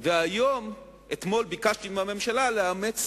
אתמול ביקשתי מהממשלה לאמץ